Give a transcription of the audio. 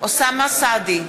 אוסאמה סעדי,